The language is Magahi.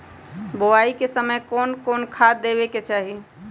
बोआई के समय कौन खाद देवे के चाही?